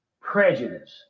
prejudice